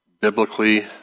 biblically